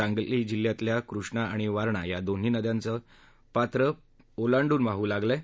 सांगली जिल्ह्यातल्या कृष्णा आणि वारणा या दोन्ही नद्यांचं पात्र ओलांडून वाहू लागलं आहे